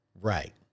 right